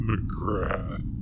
McGrath